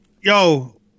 Yo